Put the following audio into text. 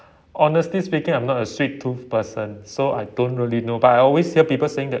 honestly speaking I'm not a sweet tooth person so I don't really know but I always hear people saying that